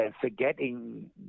forgetting